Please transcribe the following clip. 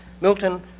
Milton